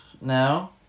now